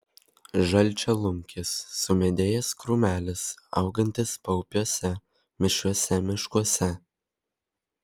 žalčialunkis sumedėjęs krūmelis augantis paupiuose mišriuose miškuose